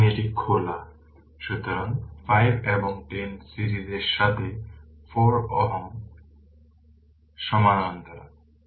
সুতরাং এই খোলা সুতরাং 5 এবং 10 সিরিজের সাথে 4 Ω সমান্তরাল